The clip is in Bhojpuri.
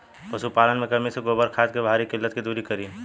पशुपालन मे कमी से गोबर खाद के भारी किल्लत के दुरी करी?